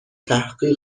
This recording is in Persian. تحقیق